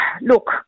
look